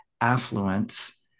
affluence